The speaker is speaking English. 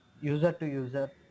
user-to-user